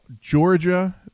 Georgia